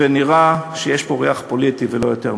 ונראה שיש פה ריח פוליטי ולא יותר מזה.